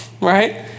right